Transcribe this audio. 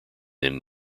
then